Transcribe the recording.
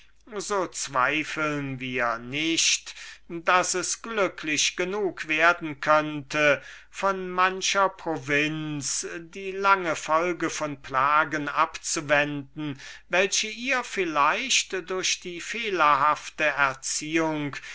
so zweifeln wir nicht daß es glücklich genug werden könnte von mancher provinz die lange folge von plagen abzuwenden welche ihr vielleicht durch die fehlerhafte erziehung